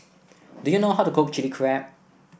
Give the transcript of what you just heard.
do you know how to cook Chili Crab